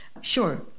sure